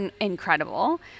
incredible